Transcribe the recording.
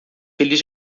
feliz